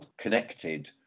connected